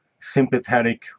sympathetic